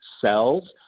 cells